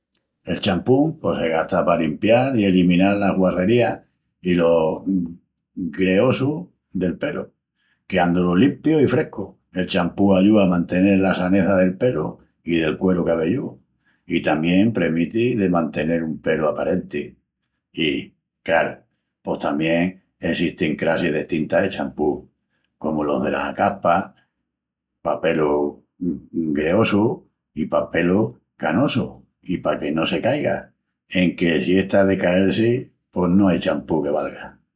El champú pos se gasta pa limpial i eliminal la guarrería i lo greosu del pelu, queandu-lu limpíu i frescu. El champú ayúa a mantenel la saneza del pelu i del cueru cabellúu, i tamién premiti de mantenel un pelu aparenti. I, craru, pos tamién essestin crassis destintas de champús, comu los dela caspa i pa pelu greosu i pa pelu canosu i paque no se caiga... enque si está de cael-si pos no ai champú que valga...